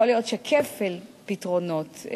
יכול להיות שכפל פתרונות,